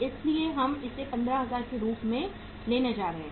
इसलिए हम इसे 15000 के रूप में लेने जा रहे हैं